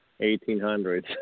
1800s